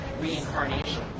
reincarnation